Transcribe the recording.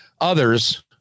others